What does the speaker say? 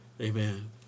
Amen